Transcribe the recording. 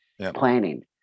planning